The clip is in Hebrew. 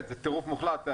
זה טירוף מוחלט.